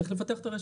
צריך לפתח את הרשת,